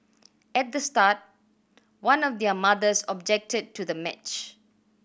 at the start one of their mothers objected to the match